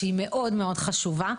שהיא מאוד מאוד חשובה.